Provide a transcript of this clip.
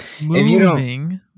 moving